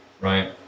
right